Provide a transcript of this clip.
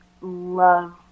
love